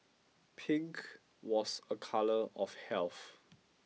pink was a colour of health